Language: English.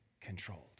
controlled